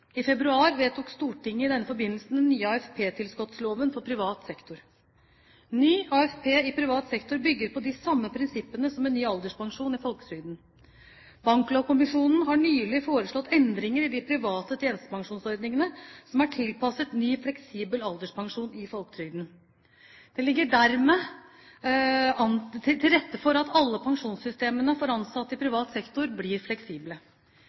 I februar vedtok Stortinget i denne forbindelse den nye AFP-tilskottsloven for privat sektor. Ny AFP i privat sektor bygger på de samme prinsippene som ny alderspensjon i folketrygden. Banklovkommisjonen har nylig foreslått endringer i de private tjenestepensjonsordningene som er tilpasset ny fleksibel alderspensjon i folketrygden. Det ligger dermed til rette for at alle pensjonssystemene for ansatte i privat sektor blir fleksible.